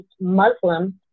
Muslim